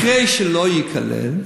אחרי שלא ייכלל,